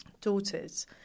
daughters